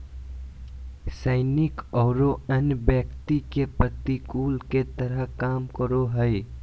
सैनिक औरो अन्य व्यक्ति के प्रतिकूल के तरह काम करो हइ